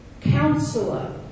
Counselor